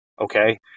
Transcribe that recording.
Okay